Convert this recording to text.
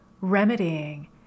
remedying